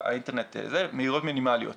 האינטרנט יפעל, מהירויות מינימליות.